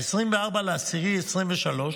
24 באוקטובר 2023,